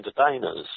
entertainers